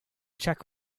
check